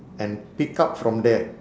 and pick up from there